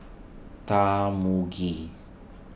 Tarmugi